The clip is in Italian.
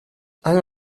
hanno